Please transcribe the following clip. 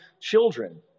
children